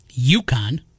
UConn